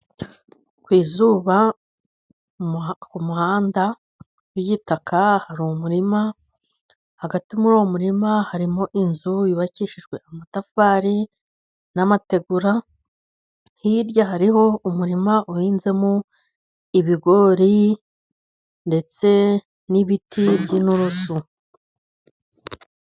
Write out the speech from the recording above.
Ku izuba ku muhanda w'igitaka hari umurima, hagati muri uwo murima harimo inzu yubakishijwe amatafari n'amategura, hirya hariho umurima uhinzemo ibigori, ndetse n'ibiti by'intururusu.